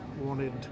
wanted